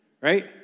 right